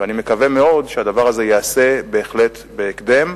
ואני מקווה מאוד שהדבר הזה ייעשה בהחלט בהקדם.